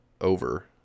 over